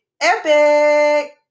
epic